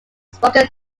spoken